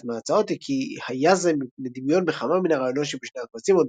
אחת מההצעות היא כי היה זה מפני דמיון בכמה מן הרעיונות שבשני הקבצים,